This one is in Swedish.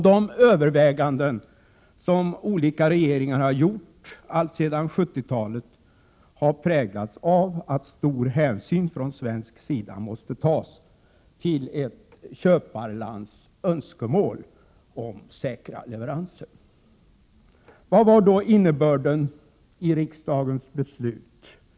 De överväganden som olika regeringar har gjort alltsedan 1970-talet har präglats av att stor hänsyn från svensk sida måste tas till ett köparlands önskemål om säkra leveranser. Vad var då innebörden i riksdagens beslut?